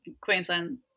Queensland